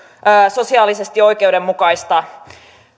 sosiaalisesti oikeudenmukaista